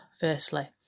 Firstly